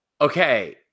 Okay